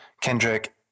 Kendrick